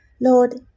lord